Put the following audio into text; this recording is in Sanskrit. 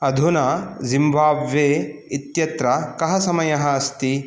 अधुना जिम्बाब्वे इत्यत्र कः समयः अस्ति